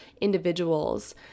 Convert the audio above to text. individuals